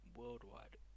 worldwide